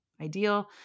ideal